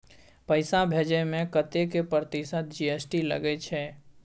पैसा भेजै में कतेक प्रतिसत जी.एस.टी लगे छै?